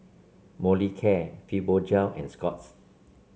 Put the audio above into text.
Molicare Fibogel and Scott's